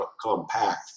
compact